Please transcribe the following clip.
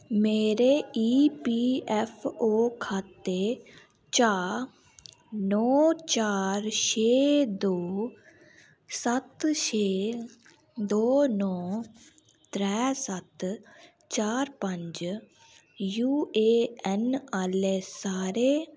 मेरे E P F O खाते चा नौ चार छे दो सत्त छे दो नौ त्रै सत्त चार पंज यू ए ऐन्न आह्ले सारे